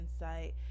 insight